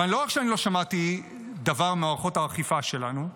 אבל לא רק שאני לא שמעתי דבר ממערכות האכיפה שלנו,